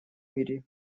мире